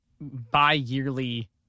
bi-yearly